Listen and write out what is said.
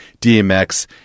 DMX